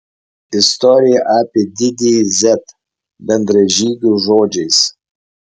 istorija apie didįjį z bendražygių žodžiais